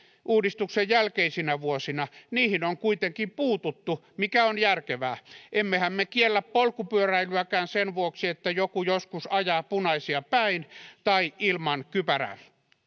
uudistuksen jälkeisinä vuosina niihin on kuitenkin puututtu mikä on järkevää emmehän me kiellä polkupyöräilyäkään sen vuoksi että joku joskus ajaa punaisia päin tai ilman kypärää